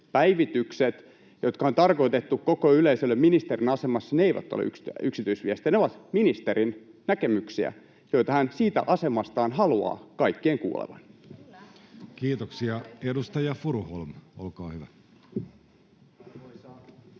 päivitykset, jotka on tarkoitettu koko yleisölle ministerin asemassa, eivät ole yksityisviestejä. Ne ovat ministerin näkemyksiä, joita hän siitä asemastaan haluaa kaikkien kuulevan. Kiitoksia. — Edustaja Furuholm, olkaa hyvä.